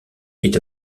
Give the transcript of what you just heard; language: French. est